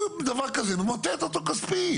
דבר כזה ממוטט אותו כספית